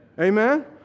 Amen